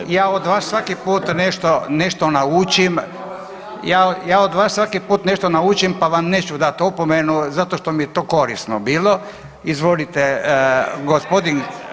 Od vas, ja od vas svaki put nešto naučim, ja od vas svaki put nešto naučim pa vam neću dati opomenu zato što mi je to korisno bilo. ... [[Upadica se ne čuje.]] Izvolite gospodin.